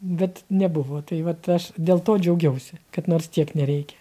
bet nebuvo tai vat aš dėl to džiaugiausi kad nors tiek nereikia